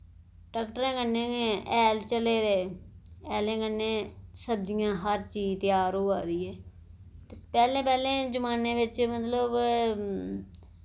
टैक्टरें कन्नै गै हैल चले दे हैले कन्नै सब्जियां हर चीज त्यार होआ दी ऐ पैह्लें पैह्लें जमाने बिच मतलब